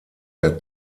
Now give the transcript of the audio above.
der